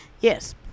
yes